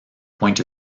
point